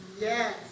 Yes